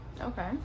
Okay